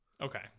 Okay